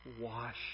Wash